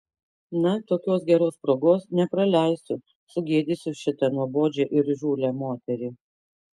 na tokios geros progos nepraleisiu sugėdysiu šitą nuobodžią ir įžūlią moterį